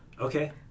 Okay